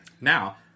Now